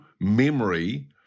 memory